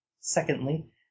secondly